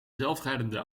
zelfrijdende